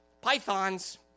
pythons